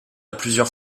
plusieurs